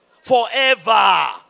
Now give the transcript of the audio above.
Forever